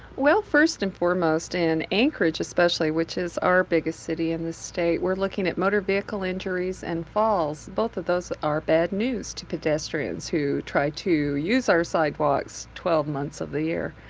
well, first and foremost in anchorage, especially, which is our biggest city in the state, we're looking at motor vehicle injuries and falls. both of those are bad news to pedestrians who try to use our sidewalks twelve months of the year.